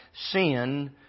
sin